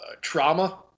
trauma